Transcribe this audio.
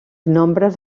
nombres